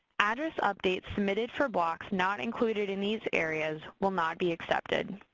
address updates submitted for blocks not included in these areas will not be accepted.